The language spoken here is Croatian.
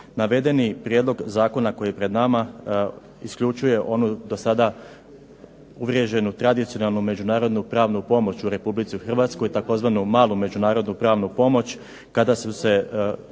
Navedeni prijedlog zakona koji je pred nama isključuje onu do sada uvriježenu tradicionalnu međunarodnu pravnu pomoć u Republici Hrvatskoj, tzv. malu međunarodnu pravnu pomoć kada se